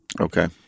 Okay